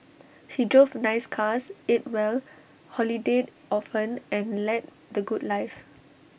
he drove nice cars ate well holidayed often and led the good life